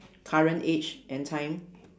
current age and time